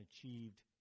achieved